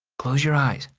close your eyes.